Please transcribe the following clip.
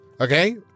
Okay